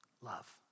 love